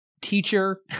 teacher